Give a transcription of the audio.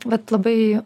vat labai